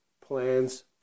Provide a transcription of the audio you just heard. plans